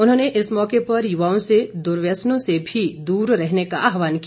उन्होंने इस मौके पर युवाओं से दुर्व्यसनों से भी दूर रहने का आहवान किया